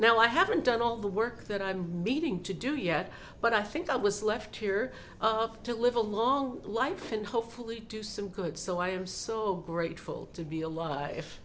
now i haven't done all the work that i'm needing to do yet but i think i was left here to live a long life and hopefully do some good so i am so grateful to be a li